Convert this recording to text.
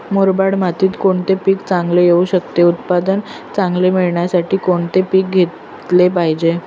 मुरमाड मातीत कोणते पीक चांगले येऊ शकते? उत्पादन चांगले मिळण्यासाठी कोणते पीक घेतले पाहिजे?